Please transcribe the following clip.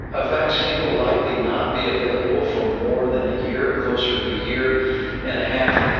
a vaccine will likely not be available for more than a year, closer to a year and a half.